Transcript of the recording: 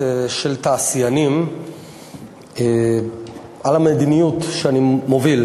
של תעשיינים על המדיניות שאני מוביל,